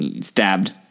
Stabbed